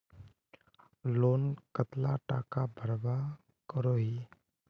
Loan कतला टाका भरवा करोही?